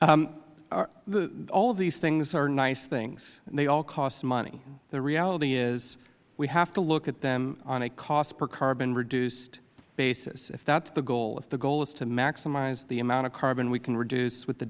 cohen all these things are nice things they all cost money the reality is we have to look at them on a cost per carbon reduced basis if that is the goal if the goal is to maximize the amount of carbon we can reduce